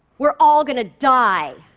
we're all going to die.